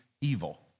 evil